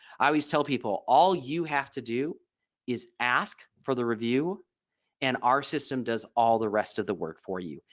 i always tell people all you have to do is ask for the review and our system does all the rest of the work for you.